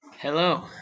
Hello